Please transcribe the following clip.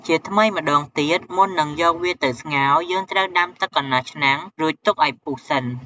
ជាថ្មីម្ដងទៀត មុននឹងយកវាទៅស្ងោរ យើងត្រូវដាំទឹកកន្លះឆ្នាំង រួចទុកឱ្យពុះសិន។